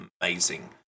amazing